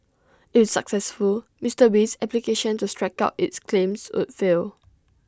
if successful Mister Wee's application to strike out its claims would fail